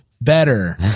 better